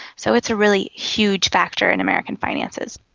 so it's a really huge factor in american finances.